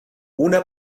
una